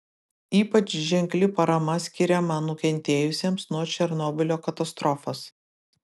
ypač ženkli parama skiriama nukentėjusiems nuo černobylio katastrofos